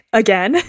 again